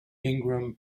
ingram